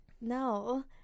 no